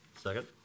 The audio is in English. Second